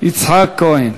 יצחק כהן.